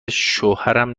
شوهرم